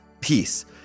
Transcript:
peace